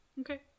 Okay